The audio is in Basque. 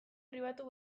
pribatu